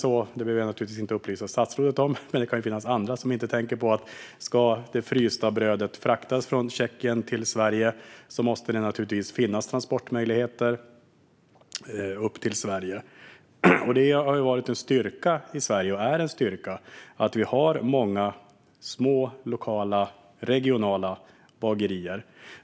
Jag behöver naturligtvis inte upplysa statsrådet om det här, men det kan finnas andra som inte tänker på att om det frysta brödet ska fraktas från Tjeckien till Sverige måste det finnas transportmöjligheter upp till Sverige. Det har varit och är en styrka i Sverige att vi har många små, lokala och regionala bagerier.